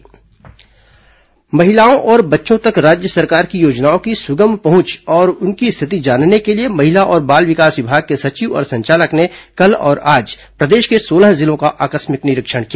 अधिकारी निरीक्षण महिलाओं और बच्चों तक राज्य सरकार की योजनाओं की सुगम पहुंच और उनकी स्थिति जानने के लिए महिला और बाल विकास विभाग के सचिव और संचालक ने कल और आज प्रदेश के सोलह जिलों का आकस्मिक निरीक्षण किया